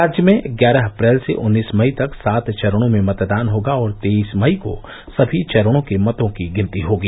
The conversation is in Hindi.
राज्य में ग्यारह अप्रैल से उन्नीस मई तक सात चरणों में मतदान होगा और तेइस मई को सभी चरणों के मतों की गिनती होगी